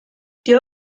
tio